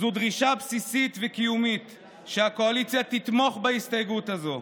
זו דרישה בסיסית וקיומית שהקואליציה תתמוך בהסתייגות הזו.